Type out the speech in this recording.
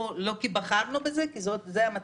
לא כי בחרנו בזה אלא כי זה המצב.